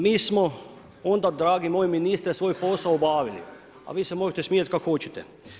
Mi smo onda dragi moj ministre svoj posao obavili a vi se možete smijati kako hoćete.